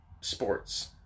sports